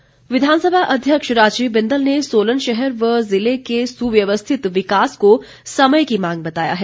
बिंदल विधानसभा अध्यक्ष राजीव बिंदल ने सोलन शहर व जिले के सुव्यवस्थित विकास को समय की मांग बताया है